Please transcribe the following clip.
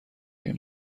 این